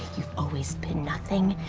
you've always been nothing.